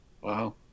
Wow